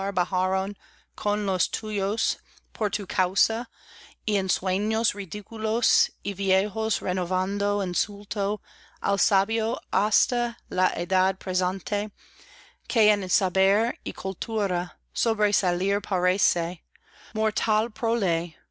por tu causa y ensueños ridículos y viejos renovando insulta al sabio hasta la edad